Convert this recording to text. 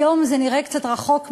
היום זה נראה קצת רחוק-משהו.